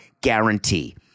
guarantee